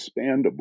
expandable